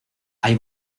hay